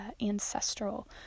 ancestral